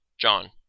John